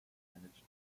managed